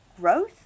growth